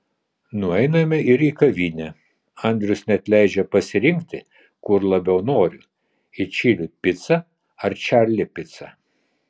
nueiname ir į kavinę andrius net leidžia pasirinkti kur labiau noriu į čili picą ar čarli picą